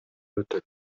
өтөт